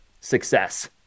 success